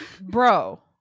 bro